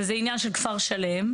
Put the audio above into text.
וזה העניין של כפר שלם,